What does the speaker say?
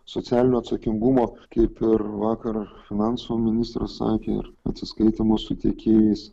socialinio atsakingumo kaip ir vakar finansų ministras sakė ir atsiskaitymas su tiekėjais